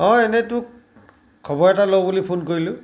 অঁ এনেই তোক খবৰ এটা লওঁ বুলি ফোন কৰিলোঁ